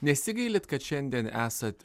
nesigailit kad šiandien esat